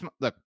look